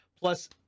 Plus